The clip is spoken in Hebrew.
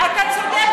אתה צודק,